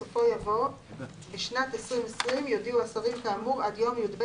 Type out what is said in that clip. בסופו יבוא ״בשנת 2020 יודיעו השרים כאמור עד יום י״ב